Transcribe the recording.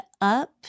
up